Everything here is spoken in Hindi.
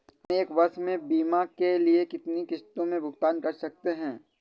हम एक वर्ष में बीमा के लिए कितनी किश्तों में भुगतान कर सकते हैं?